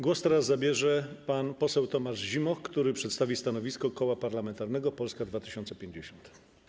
Głos teraz zabierze pan poseł Tomasz Zimoch, który przedstawi stanowisko Koła Parlamentarnego Polska 2050.